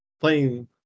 playing